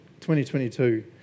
2022